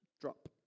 drop